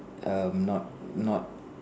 um not not